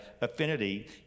Affinity